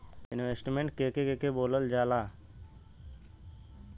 Investment के के बोलल जा ला?